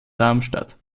darmstadt